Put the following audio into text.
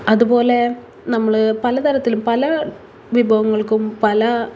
അതുപോലെ നമ്മൾ പല തരത്തിലും പല വിഭവങ്ങൾക്കും പല